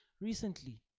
recently